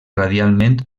radialment